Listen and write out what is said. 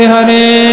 Hare